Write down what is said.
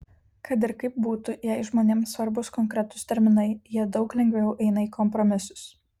kad ir kaip būtų jei žmonėms svarbūs konkretūs terminai jie daug lengviau eina į kompromisus